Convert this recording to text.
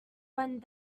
one